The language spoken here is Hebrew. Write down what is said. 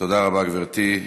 תודה רבה, גברתי.